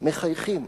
מחייכים